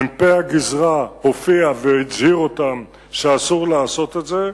מ"פ הגזרה הופיע והזהיר אותם שאסור לעשות את זה.